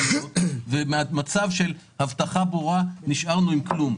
להיות וממצב של הבטחה ברורה נשארנו עם כלום.